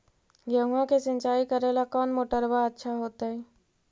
गेहुआ के सिंचाई करेला कौन मोटरबा अच्छा होतई?